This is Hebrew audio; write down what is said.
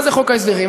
מה זה חוק ההסדרים?